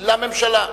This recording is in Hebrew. לממשלה.